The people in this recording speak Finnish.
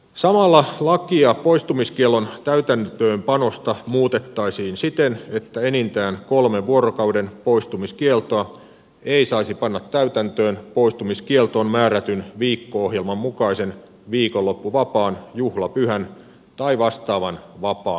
samalla lakia poistumiskiellon täytäntöönpanosta muutettaisiin siten että enintään kolmen vuorokauden poistumiskieltoa ei saisi panna täytäntöön poistumiskieltoon määrätyn viikko ohjelman mukaisen viikonloppuvapaan juhlapyhän tai vastaavan vapaan aikana